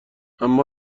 اما